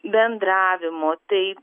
bendravimo tai